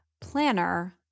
Planner